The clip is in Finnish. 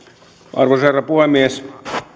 arvoisa herra puhemies